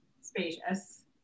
spacious